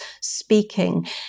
speaking